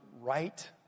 right